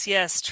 Yes